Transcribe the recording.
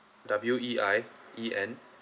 W E I E N